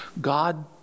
God